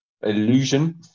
illusion